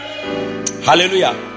hallelujah